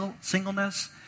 singleness